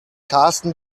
karsten